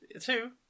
two